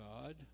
God